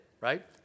right